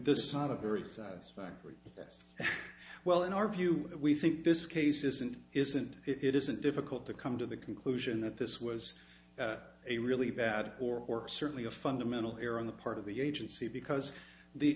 is not a very satisfactory yes well in our view we think this case isn't isn't it isn't difficult to come to the conclusion that this was a really bad or certainly a fundamental error on the part of the agency because the